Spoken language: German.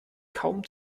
kaum